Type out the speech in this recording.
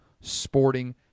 sporting